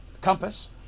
compass